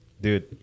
Dude